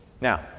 Now